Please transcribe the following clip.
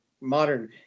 modern